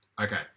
Okay